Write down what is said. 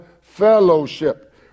fellowship